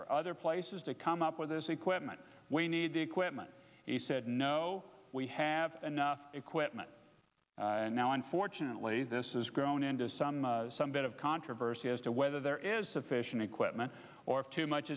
or other places to come up with this equipment we need the equipment he said no we have equipment and now unfortunately this is grown into some bit of controversy as to whether there is sufficient equipment or if too much